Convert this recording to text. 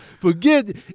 Forget